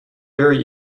very